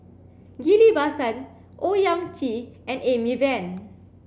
Ghillie Basan Owyang Chi and Amy Van